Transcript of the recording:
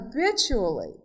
habitually